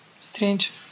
strange